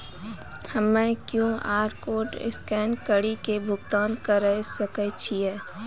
हम्मय QR code scan कड़ी के भुगतान करें सकय छियै?